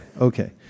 okay